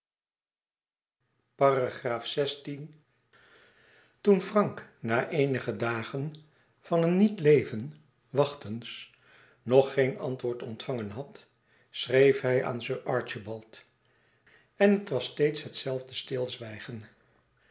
toen frank na eenige dagen van een niet leven wachtens nog geen antwoord ontvangen had schreef hij aan sir archibald en het was steeds het zelfde stilzwijgen